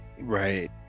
Right